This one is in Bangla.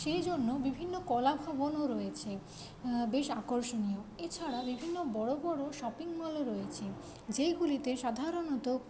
সেইজন্য বিভিন্ন কলাভবনও রয়েছে বেশ আকর্ষনীয় এছাড়া বিভিন্ন বড় বড় শপিংমলও রয়েছে যেইগুলিতে সাধারণত